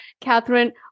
Catherine